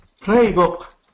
playbook